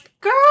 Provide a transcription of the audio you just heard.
girl